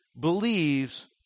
believes